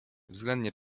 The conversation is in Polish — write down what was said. względnie